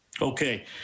Okay